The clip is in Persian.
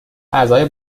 اعضای